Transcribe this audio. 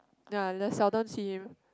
ya they seldom see him